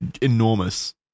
enormous